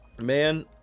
Man